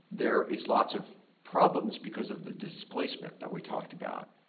there is lots of problems because of the displacement that we talked about,